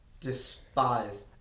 Despise